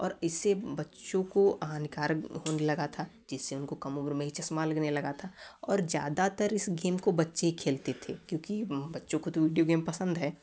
और इससे बच्चों को हानिकारक होने लगा था जिससे उनको कम उम्र में ही चश्मा लगाने लगा था और ज़्यादातर इस गेम को बच्चे ही खेलते थे क्योंकि बच्चों को तो विडिओ गेम पसंद है